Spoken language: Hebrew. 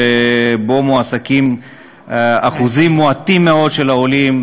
שבו מועסקים אחוזים מועטים מאוד של עולים,